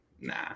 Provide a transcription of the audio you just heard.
nah